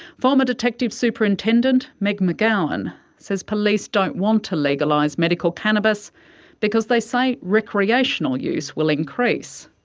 former detective superintendent meg mcgowan says police don't want to legalise medical cannabis because they say recreational use will increase.